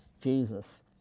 Jesus